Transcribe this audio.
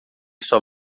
sua